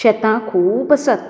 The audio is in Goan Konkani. शेतां खूब आसात